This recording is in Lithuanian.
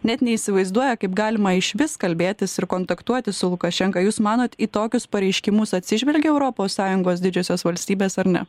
net neįsivaizduoja kaip galima išvis kalbėtis ir kontaktuoti su lukašenka jūs manot į tokius pareiškimus atsižvelgia europos sąjungos didžiosios valstybės ar ne